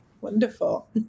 Wonderful